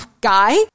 guy